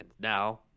Now